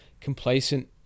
complacent